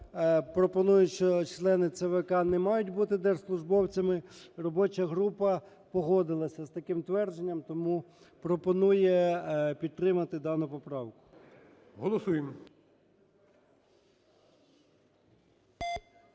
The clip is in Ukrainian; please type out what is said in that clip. пропонують, що члени ЦВК не мають бути держслужбовцями, робоча група погодилась з таким твердженням, тому пропонує підтримати дану поправку.